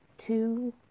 Two